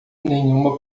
nenhuma